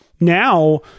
now